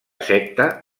secta